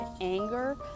anger